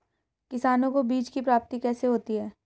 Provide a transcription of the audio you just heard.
किसानों को बीज की प्राप्ति कैसे होती है?